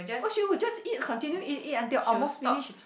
oh she would just eat continue eat eat until almost finish